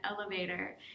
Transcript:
elevator